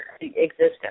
existence